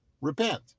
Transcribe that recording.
repent